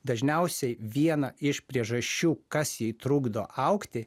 dažniausiai viena iš priežasčių kas jai trukdo augti